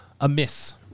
amiss